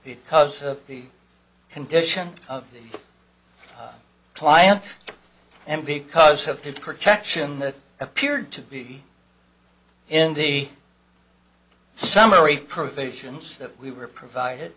because of the condition of the client and because of his protection that appeared to be in the summary provisions that we were provided